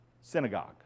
Synagogue